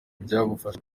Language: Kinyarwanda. byagufasha